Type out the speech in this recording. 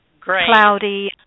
cloudy